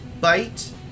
bite